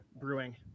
Brewing